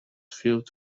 filled